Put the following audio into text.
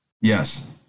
Yes